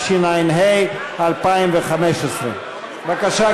התשע"ה 2015. בבקשה,